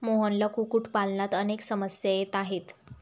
मोहनला कुक्कुटपालनात अनेक समस्या येत आहेत